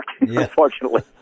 unfortunately